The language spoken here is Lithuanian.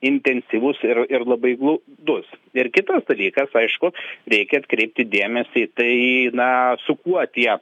intensyvus ir ir labai glaudus ir kitas dalykas aišku reikia atkreipti dėmesį į tai na su kuo tie